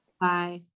Bye